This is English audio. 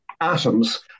atoms